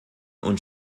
und